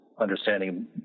understanding